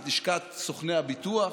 את לשכת סוכני הביטוח,